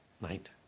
night